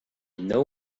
know